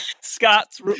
Scott's